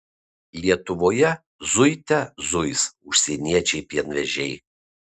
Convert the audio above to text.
lietuvoje zuite zuis užsieniečiai pienvežiai